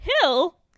Hill